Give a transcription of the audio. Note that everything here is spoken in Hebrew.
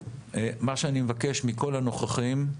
מה שאני מבקש מכל הנוכחים,